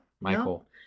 Michael